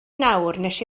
nes